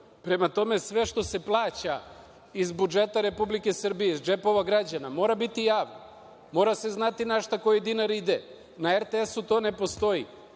Prema tome, sve što se plaća iz budžeta Republike Srbije, iz džepova građana mora biti javno, mora se znati na šta koji dinar ide. Na RTS-u to ne postoji.